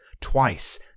twice